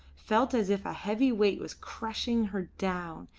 felt as if a heavy weight was crushing her down,